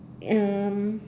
um